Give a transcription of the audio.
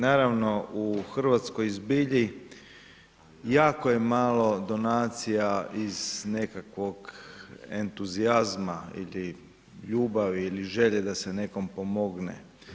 Naravno, u Hrvatskoj zbilji jako je malo donacija iz nekakvog entuzijazma ili ljubavi ili želje da se nekom pomogne.